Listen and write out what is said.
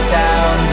down